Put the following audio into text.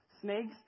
Snakes